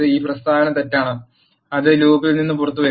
ഈ പ്രസ്താവന തെറ്റാണ് അത് ലൂപ്പിൽ നിന്ന് പുറത്തുവരും